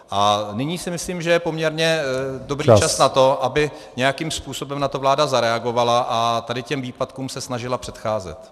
A nyní si myslím , že je poměrně dobrý čas na to, aby na to nějakým způsobem vláda zareagovala a tady těm výpadkům se snažila předcházet.